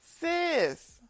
Sis